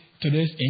today's